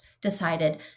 decided